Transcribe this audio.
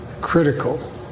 critical